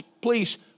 please